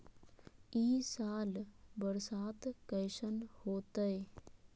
ई साल बरसात कैसन होतय?